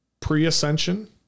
pre-ascension